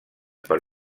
per